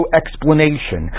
explanation